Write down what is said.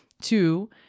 Two